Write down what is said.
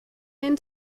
den